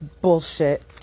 bullshit